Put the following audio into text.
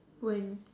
when